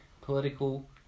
political